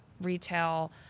Retail